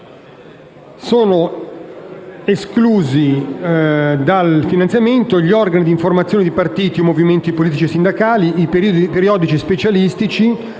Sono esclusi dal finanziamento gli organi di informazione di partiti o movimenti politici e sindacali, i periodici specialistici